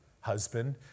husband